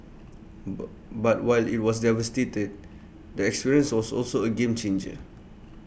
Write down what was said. but but while IT was devastated the experience was also A game changer